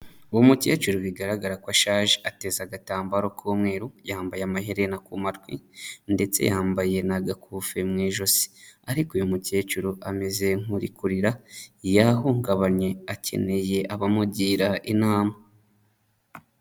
Uwo mukecuru bigaragara ko ashaje, ateze agatambaro k'umweru, yambaye amaherere ku matwi, ndetse yambaye n'agakufe mu ijosi, ariko uyu mukecuru ameze nk'uri kurira yahungabanye akeneye abamugira inama.